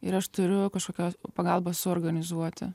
ir aš turiu kažkokios pagalbos suorganizuoti